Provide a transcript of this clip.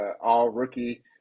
all-rookie